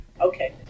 Okay